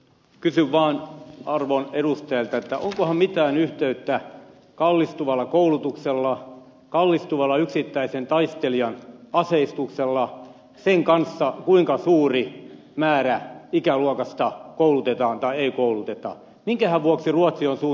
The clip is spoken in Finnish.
kysyn vaan arvon edustajilta onkohan mitään yhteyttä kallistuvalla koulutuksella kallistuvalla yksittäisen taistelijan aseistuksella sen kanssa kuinka suuri määrä ikäluokasta koulutetaan tai ei kouluteta